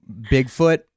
Bigfoot